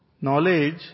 knowledge